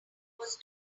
was